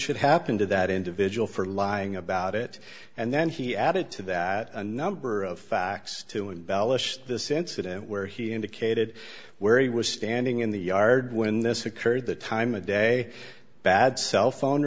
should happen to that individual for lying about it and then he added to that a number of facts to embellish this incident where he indicated where he was standing in the yard when this occurred the time of day bad cell phone